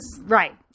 right